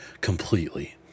completely